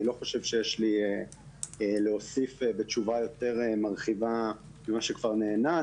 אני לא חושב שיש לי להוסיף בתשובה יותר מרחיבה על מה שכבר נענה.